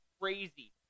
crazy